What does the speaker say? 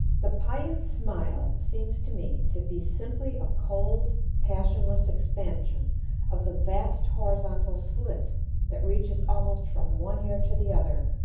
the piute smile seems to me to be simply a cold, passionless expansion of the vast horizontal slit that reaches almost from one ear to the other,